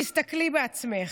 תסתכלי בעצמך.